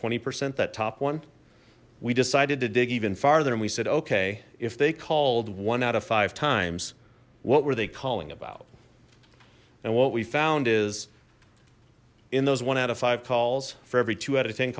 twenty percent that top one we decided to dig even farther and we said ok if they called one out of five times what were they calling about and what we found is in those one out of five calls for every two